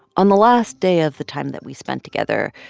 on the last day of the time that we spent together,